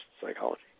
psychology